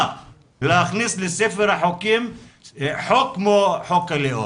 להכניס לספר החוקים חוק כמו חוק הלאום.